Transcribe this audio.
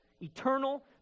eternal